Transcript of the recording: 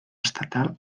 estatal